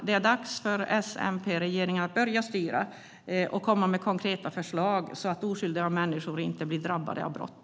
Det är dags för S-MP-regeringen att börja styra och komma med konkreta förslag så att oskyldiga människor inte blir drabbade av brott.